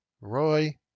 Roy